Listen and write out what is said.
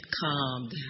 calm